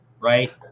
right